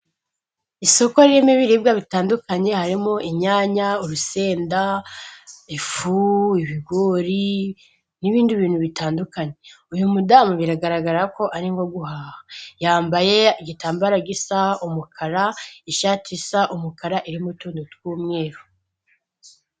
Isoko ririmo ibiribwa bitandukanye harimo inyanya, urusenda, ifu ,ibigori n'ibindi bintu bitandukanye. Uyu mudamu biragaragara ko arimo guhaha, yambaye igitambaro gisa umukara, ishati isa umukara iririmo utuntu tw'umweru.